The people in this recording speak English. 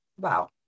Wow